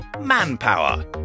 manpower